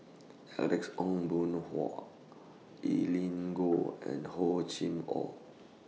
Alex Ong Boon Hau Evelyn Goh and Hor Chim Or